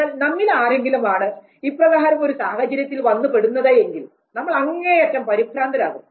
എന്നാൽ നമ്മിൽ ആരെങ്കിലും ആണ് ഇപ്രകാരം ഒരു സാഹചര്യത്തിൽ വന്നുപെടുന്നതെങ്കിൽ നമ്മൾ അങ്ങേയറ്റം പരിഭ്രാന്തരാകും